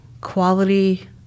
quality